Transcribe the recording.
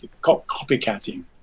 copycatting